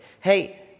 Hey